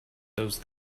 those